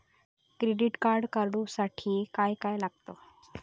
Credit card काढूसाठी काय काय लागत?